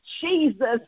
Jesus